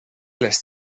les